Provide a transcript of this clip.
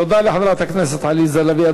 תודה לחברת הכנסת עליזה לביא.